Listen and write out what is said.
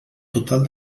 total